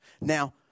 Now